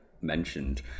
Mentioned